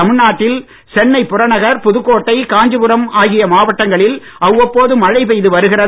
தமிழ்நாட்டில் சென்னை புறநகர் புதுக்கோட்டை காஞ்சிபுரம் ஆகிய மாவட்டங்களில் அவ்வப்போது மழை பெய்து வருகிறது